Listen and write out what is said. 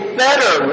better